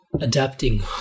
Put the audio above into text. adapting